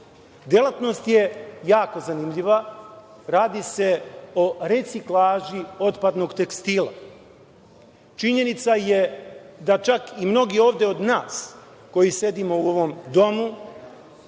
je jako zanimljiva, radi se o reciklaži otpadnog tekstila. Činjenica je da čak i mnogi ovde od nas koji sedimo u ovom domu